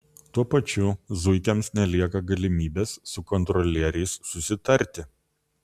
tuo pačiu zuikiams nelieka galimybės su kontrolieriais susitarti